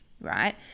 right